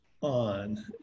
on